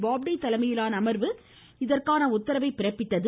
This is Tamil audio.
பாப்டே தலைமையிலான அமர்வு இதற்கான உத்தரவை பிறப்பித்துள்ளது